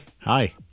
Hi